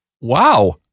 Wow